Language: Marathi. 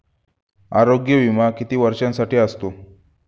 आरोग्य विमा किती वर्षांसाठी असतो?